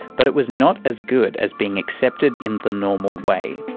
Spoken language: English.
but it was not as good as being accepted in the normal way.